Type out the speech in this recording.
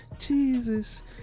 Jesus